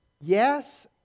Yes